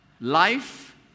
life